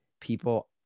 people